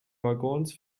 waggons